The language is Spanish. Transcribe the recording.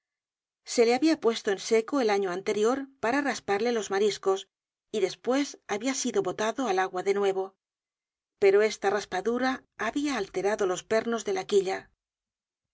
se le habia puesto en seco el año anterior para rasparle los mariscos y despues habia sido botado al agua de nuevo pero esta raspadura habia alterado todos los pernos de